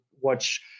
watch